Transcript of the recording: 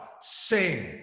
sing